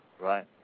right